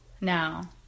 now